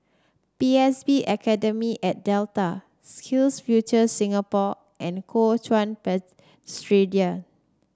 P S B Academy at Delta SkillsFuture Singapore and Kuo Chuan Presbyterian